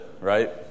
Right